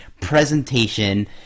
presentation